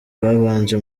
babanje